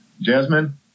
Jasmine